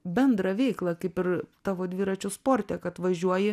bendrą veiklą kaip ir tavo dviračių sporte kad važiuoji